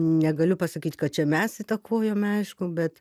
negaliu pasakyt kad čia mes įtakojome aišku bet